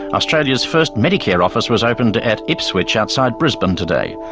australia's first medicare office was opened at ipswich, outside brisbane, today.